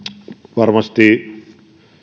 varmasti